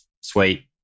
sweet